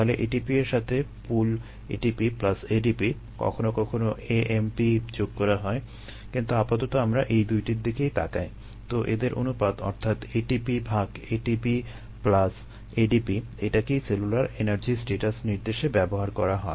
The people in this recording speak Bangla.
তাহলে ATP এর সাথে পুল ATP প্লাস ADP কখনো কখনো AMP এখানে যোগ করা হয় কিন্তু আপাতত আমরা এই দুইটির দিকেই তাকাই - তো এদের অনুপাত অর্থাৎ ATP ভাগ ATP প্লাস ADP - এটাকেই সেলুলার এনার্জি স্ট্যাটাস নির্দেশে ব্যবহার করা হয়